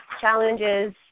challenges